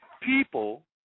people